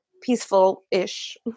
peaceful-ish